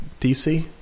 DC